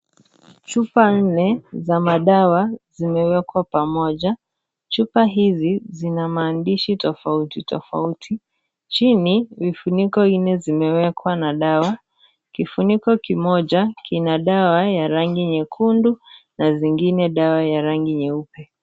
Chupa nne za madawa zimewekwa pamoja chupa hizi zina maandishi tofautitofauti chini vifuniko nne zimewekwa na dawa kifuniko kimoja kina dawa ya rangi nyekundu na zingine dawa ya rangi nyeupe.